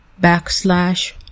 backslash